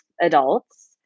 adults